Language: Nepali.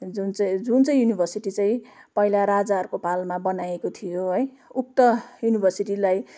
जुन चाहिँ जुन चाहिँ युनिभर्सिटी चाहिँ पहिला राजाहरूको पालामा बनाइएको थियो है उक्त युनिभर्सिटीलाई